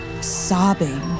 sobbing